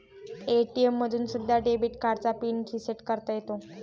ATM मधून सुद्धा debit कार्डचा पिन रिसेट करता येतो